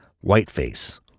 Whiteface